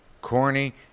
corny